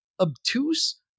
obtuse